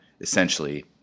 essentially